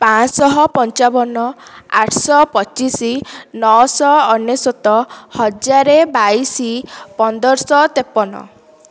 ପାଞ୍ଚଶହ ପଞ୍ଚାବନ ଆଠଶହ ପଚିଶ ନଅଶହ ଅନେଶ୍ଵତ ହଜାର ବାଇଶି ପନ୍ଦରଶହ ତେପନ